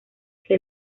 que